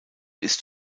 ist